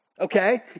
okay